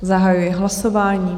Zahajuji hlasování.